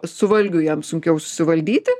su valgiu jam sunkiau susivaldyti